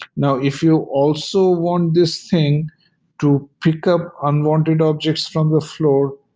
now if you also want this thing to pick up unwanted objects from the floor,